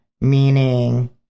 meaning